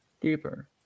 deeper